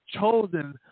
chosen